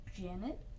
Janet